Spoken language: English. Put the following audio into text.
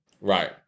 Right